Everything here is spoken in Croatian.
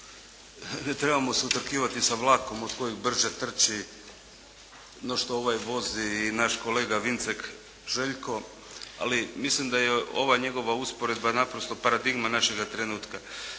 Ne trebamo se utrkivati sa vlakom od kojeg brže trči no što ovaj vozi naš kolega Vincek Željko, ali mislim da je ova njegova usporedba naprosto paradigma našega trenutka.